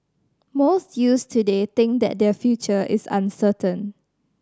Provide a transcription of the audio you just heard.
most youths today think that their future is uncertain